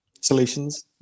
Solutions